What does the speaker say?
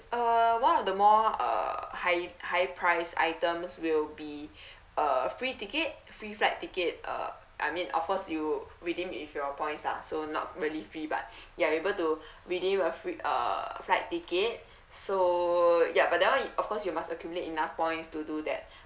uh one of the more uh high high price items will be uh free ticket free flight ticket uh I mean of course you redeem with your points lah so not really free but you are able to redeem a free uh flight ticket so ya but that one of course you must accumulate enough points to do that